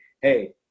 Hey